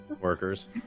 workers